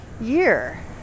year